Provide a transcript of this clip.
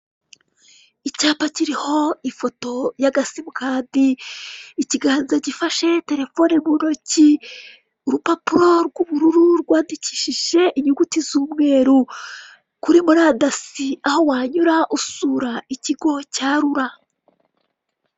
Icyapa kiriho ifoto y'agasimukadi, ikiganza gifashe terefone mu ntoki, urupapuro rw'ubururu rwandikishije inyuguti z'umweru, kuri murandasi aho wanyura usura ikigo cya rura.